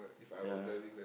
ya